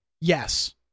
Yes